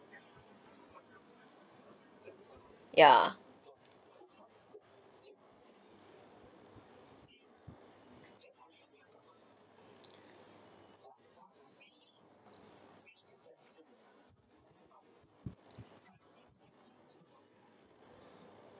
yeah